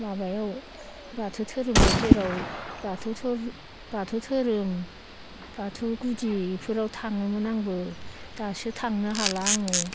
माबायाव बाथौ थोरोमाव जेराव बाथौ धोरोम बाथौ गुदि बेफोराव थाङोमोन आंबो दासो थांनो हाला आङो